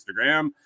Instagram